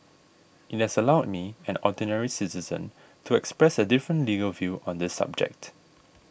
it has allowed me an ordinary citizen to express a different legal view on this subject